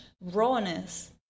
rawness